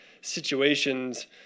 situations